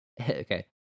okay